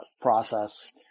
process